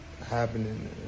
happening